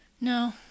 No